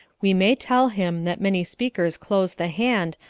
we may tell him that many speakers close the hand,